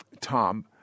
Tom